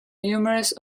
numerous